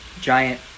giant